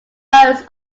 modes